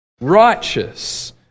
righteous